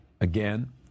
again